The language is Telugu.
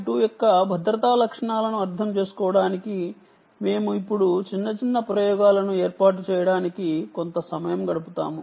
2 యొక్క భద్రతా లక్షణాలను అర్థం చేసుకోవడానికి మేము ఇప్పుడు చిన్న చిన్న ప్రయోగాలను ఏర్పాటు చేయడానికి కొంత సమయం గడుపుతాము